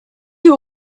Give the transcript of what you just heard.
you